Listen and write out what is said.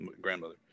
grandmother